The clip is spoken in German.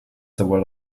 sowohl